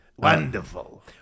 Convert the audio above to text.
Wonderful